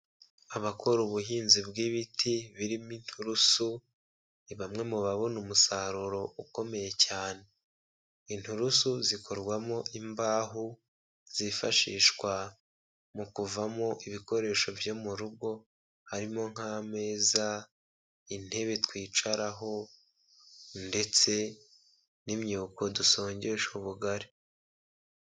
Abakora ubuhinzi bw'ibiti birimo inturusu ni bamwe mu babona umusaruro ukomeye cyane, inturusu zikorwamo imbaho zifashishwa mu kuvamo ibikoresho byo mu rugo harimo nk'ameza, intebe twicaraho, ndetse n'imyuko dusongesha ubugari.